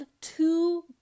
two